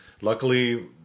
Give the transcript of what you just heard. Luckily